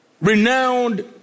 Renowned